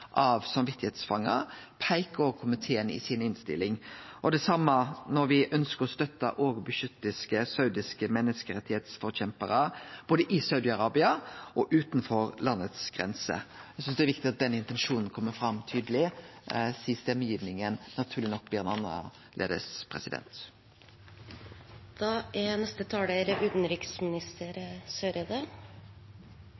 frigiving av samvitsfangar, peikar også komiteen på i innstillinga si. Det same gjeld når me ønskjer å støtte og beskytte saudiske menneskerettsforkjemparar både i Saudi-Arabia og utanfor landets grenser. Eg synest det er viktig at den intensjonen kjem tydeleg fram, sidan stemmegivinga naturleg nok